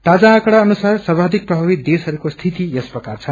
ताजा आकड़ा अनुसार सर्वाधिक प्रभावित देशहरूको स्थिति केही यसप्रकार छन्